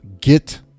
get